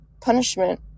punishment